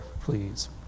please